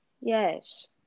Yes